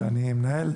שאותו אני מנהל,